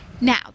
Now